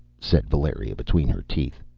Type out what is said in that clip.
said valeria between her teeth.